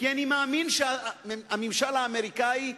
כי אני מאמין שהממשל האמריקני,